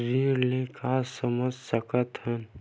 ऋण ले का समझ सकत हन?